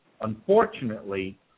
unfortunately